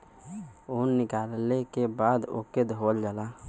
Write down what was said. ऊन निकलले के बाद ओके धोवल जाला